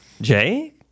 jay